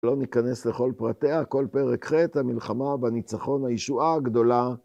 לא ניכנס לכל פרטיה, כל פרק ח את המלחמה בניצחון הישועה הגדולה.